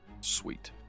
Sweet